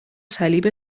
صلیب